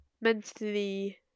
mentally